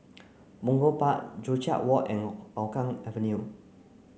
Punggol Park Joo Chiat Walk and Hougang Avenue